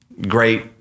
Great